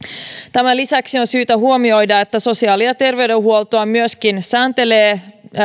tämän lisäksi on syytä huomioida että sosiaali ja terveydenhuoltoa myöskin sääntelee